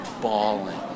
bawling